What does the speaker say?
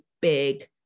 big